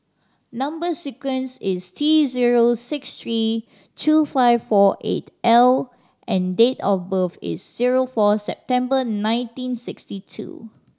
number sequence is T zero six three two five four eight L and date of birth is zero four September nineteen sixty two